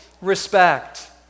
respect